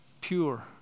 pure